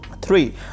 three